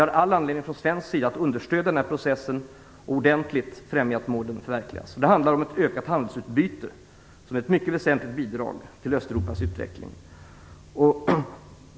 Från svensk sida har vi all anledning att understödja denna process och ordentligt främja att målen förverkligas. Det handlar om ett ökat handelsutbyte. Det är ett mycket väsentligt bidrag till Östeuropas utveckling.